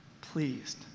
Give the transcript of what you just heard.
pleased